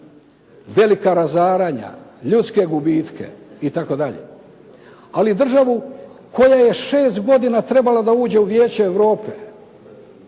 velika razaranja, ljudske gubitke itd. Ali državu kojoj je 6 godina trebalo da uđe u Vijeće Europe.